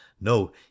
no